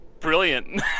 Brilliant